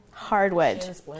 Hardwood